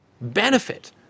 benefit